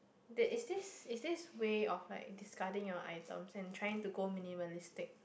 there is this is this way of like discarding your items and trying to go minimalistic